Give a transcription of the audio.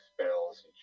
spells